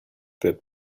that